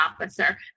officer